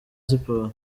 siporo